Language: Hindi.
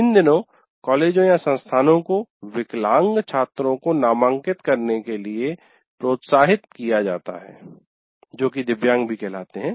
इन दिनों कॉलेजोंसंस्थानों को विकलांग छात्रों को नामांकित करने के लिए प्रोत्साहित किया जाता है जो की दिव्यांग कहलाते हैं